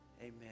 amen